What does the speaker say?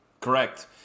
Correct